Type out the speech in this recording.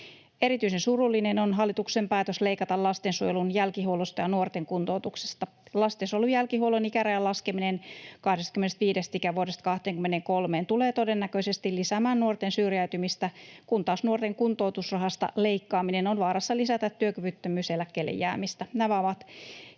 Erityisen surullinen on hallituksen päätös leikata lastensuojelun jälkihuollosta ja nuorten kuntoutuksesta. Lastensuojelun jälkihuollon ikärajan laskeminen 25 ikävuodesta 23:een tulee todennäköisesti lisäämään nuorten syrjäytymistä, kun taas nuorten kuntoutusrahasta leikkaaminen on vaarassa lisätä työkyvyttömyyseläkkeelle jäämistä. Nämä ovat